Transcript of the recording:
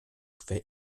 quer